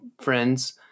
friends